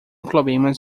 problemas